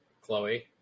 Chloe